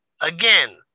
again